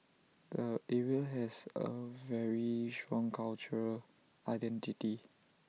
the area has A very strong cultural identity